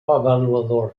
avaluadora